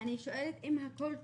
אני שואלת: אם הכל טוב,